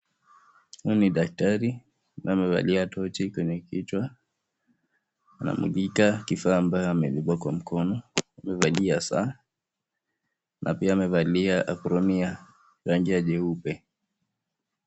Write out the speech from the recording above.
Huyu ni daktari na amevalia tochi kwenye kichwani, anamwililika kifaa ambayo amebeba kwa mkono, amevalia saa na pia amevalia akrumia ya rangi ya jeupe.